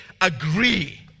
agree